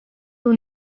will